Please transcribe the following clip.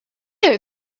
know